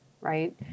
Right